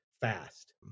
fast